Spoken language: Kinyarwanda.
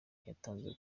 yatanzwe